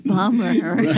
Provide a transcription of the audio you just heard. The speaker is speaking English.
Bummer